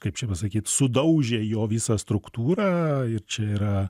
kaip čia pasakyt sudaužė jo visą struktūrą ir čia yra